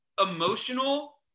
emotional